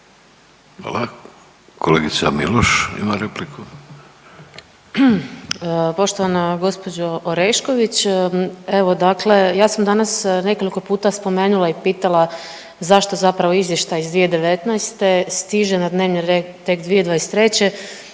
Hvala. Kolegica Miloš ima repliku. **Miloš, Jelena (Možemo!)** Poštovana gospođo Orešković evo dakle ja sam danas nekoliko puta spomenula i pitala zašto zapravo izvještaj iz 2019. stiže na dnevni red tek 2023.,